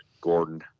Gordon